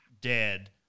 dead